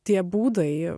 tie būdai